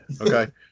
Okay